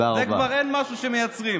לזה כבר אין משהו שמייצרים.